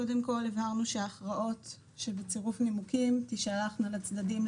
קודם כל הבהרנו שההכרעות שבצירוף נימוקים תישלחנה לצדדים,